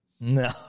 No